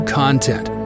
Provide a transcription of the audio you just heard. content